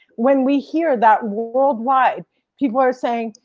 when we hear that world wide people are saying,